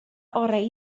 orau